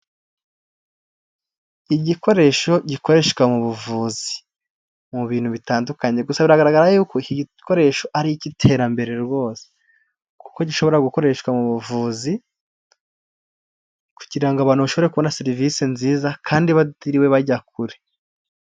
Igikoresho gikoreshwa mu buvuzi mu bintu bitandukanye, gusa biragaragara yuko iki gikoresho ari icy'iterambere rwose, kuko gishobora gukoreshwa mu buvuzi kugira ngo abantu bashobore kubona serivisi nziza kandi batiriwe bajya kure.